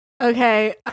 Okay